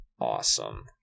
awesome